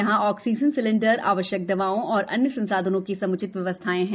यहाँ oxygen cylinder आवश्यक दवाओं और अन्य संसाधनों की सम्चित व्यवस्थाएं है